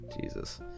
Jesus